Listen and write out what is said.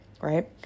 right